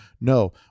no